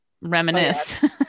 reminisce